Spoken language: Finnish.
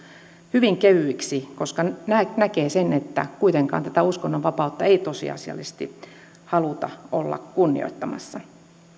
hyvin kevyiksi koska näkee sen että kuitenkaan tätä uskonnonvapautta ei tosiasiallisesti haluta olla kunnioittamassa